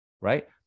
Right